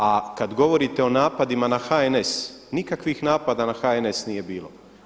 A kad govorite o napadima na HNS nikakvih napada na HNS nije bilo.